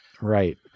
Right